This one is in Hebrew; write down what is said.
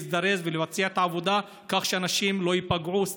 להזדרז ולבצע את העבודה כך שאנשים לא ייפגעו סתם.